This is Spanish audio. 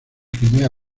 crimea